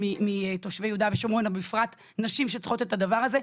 מתושבי יהודה ושומרון ובפרט נשים שצריכות את הדבר הזה,